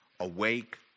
Awake